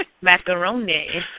macaroni